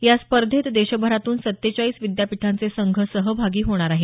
या स्पर्धेत देशभरातून सत्तेचाळीस विद्यापीठांचे संघ सहभागी होणार आहेत